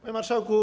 Panie Marszałku!